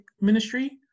ministry